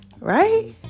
right